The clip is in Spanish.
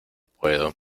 puedo